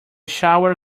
shower